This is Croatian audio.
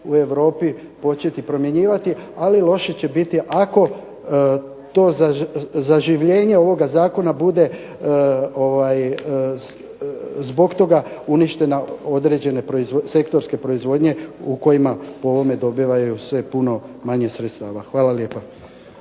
u Europi početi primjenjivati, ali loše će biti ako to zaživljenje ovoga zakona bude zbog toga uništene određene sektorske proizvodnje u kojima po ovome dobiva se puno manje sredstava. Hvala lijepa.